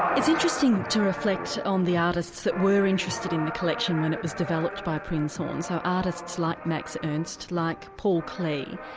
it's interesting to reflect on the artists that were interested in the collection when it was developed by prinzhorn, so artists like max ernst, like paul klee.